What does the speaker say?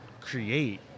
create